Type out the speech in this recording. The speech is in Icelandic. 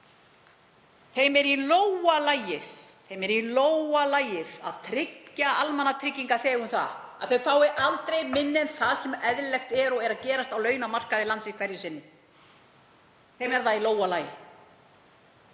Þeim er í lófa lagið að tryggja almannatryggingaþegum það að þeir fái aldrei minna en það sem eðlilegt er og gengur og gerist á launamarkaði landsins hverju sinni. Þeim er það í lófa lagið.